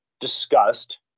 discussed